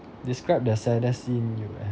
describe the saddest scene you